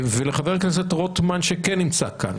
ולחבר הכנסת רוטמן שכן נמצא כאן,